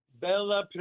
bella